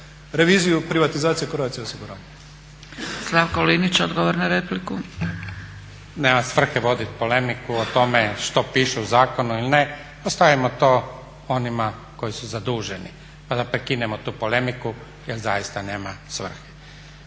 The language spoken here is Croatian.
Linić, odgovor na repliku. **Linić, Slavko (Nezavisni)** Nema svrhe voditi polemiku o tome što piše u zakonu ili ne. Ostavimo to onima koji su zaduženi, pa da prekinemo tu polemiku, jer zaista nema svrhe.